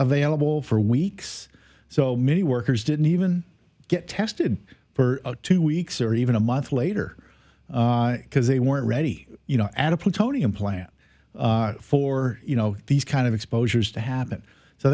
available for weeks so many workers didn't even get tested for two weeks or even a month later because they weren't ready you know at a plutonium plant for you know these kind of exposures to happen so